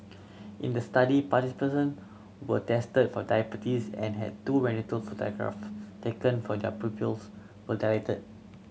in the study participants were tested for diabetes and had two retinal photograph taken for their pupils were dilated